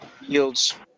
yields